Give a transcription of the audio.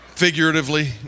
figuratively